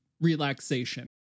relaxation